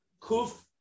Kuf